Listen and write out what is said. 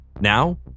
now